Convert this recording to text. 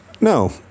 No